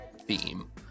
Theme